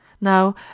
now